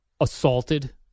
assaulted